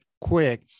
quick